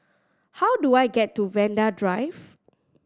how do I get to Vanda Drive